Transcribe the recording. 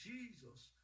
Jesus